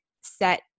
set